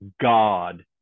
God